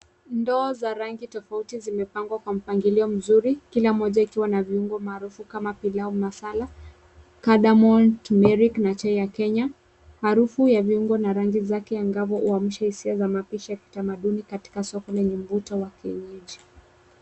Ndoo za rangi tofauti zimepangwa kwa mpangilio mzuri kila moja ikiwa na viungo maarufu kama pilau masala, cardamom, turmeric na chai ya kenya. Harufu ya viungo na rangi zake angavu huamsha hisia za mapishi ya kitamaduni katika soko lenye mvuto wa kienyeji.